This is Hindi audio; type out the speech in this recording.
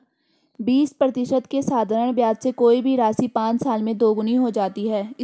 बीस प्रतिशत के साधारण ब्याज से कोई भी राशि पाँच साल में दोगुनी हो जाती है